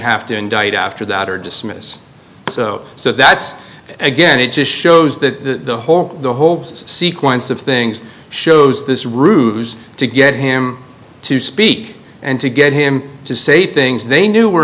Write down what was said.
have to indict after that or dismiss so so that's again it just shows that the whole the whole sequence of things shows this route to get him to speak and to get him to say things they knew were